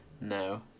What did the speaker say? no